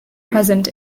present